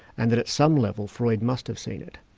and that at some level freud must have seen it.